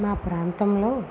మా ప్రాంతంలో